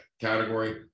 category